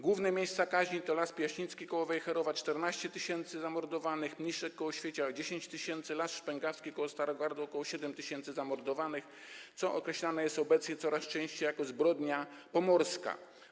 Główne miejsca kaźni to Las Piaśnicki k. Wejherowa - 14 tys. zamordowanych, Mniszek k. Świecia - 10 tys., Las Szpęgawski k. Starogardu - ok. 7 tys. zamordowanych, co określane jest obecnie coraz częściej jako zbrodnia pomorska.